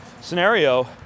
scenario